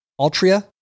Altria